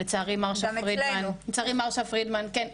לצערי מרשה פרידמן לא